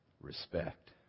respect